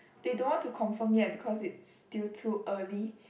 they don't want to confirm yet because it's still too early